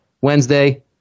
Wednesday